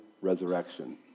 resurrection